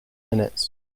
minutes